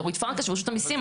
זה אורית פרקש ורשות המיסים.